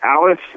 Alice